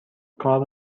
کار